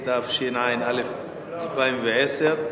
התשע"א 2011,